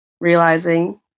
realizing